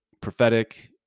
prophetic